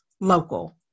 local